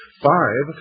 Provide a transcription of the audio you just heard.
five.